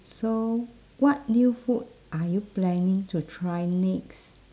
so what new food are you planning to try next